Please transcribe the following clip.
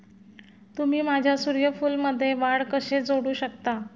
तुम्ही माझ्या सूर्यफूलमध्ये वाढ कसे जोडू शकता?